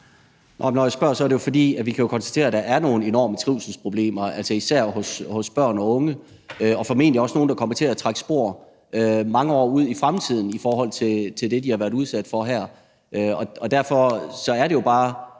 Når jeg spørger, er det jo, fordi vi kan konstatere, at der er nogle enorme trivselsproblemer især hos børn og unge, og formentlig også nogle, der kommer til at trække spor mange år ud i fremtiden, med det, de har været udsat for her. Derfor er det jo bare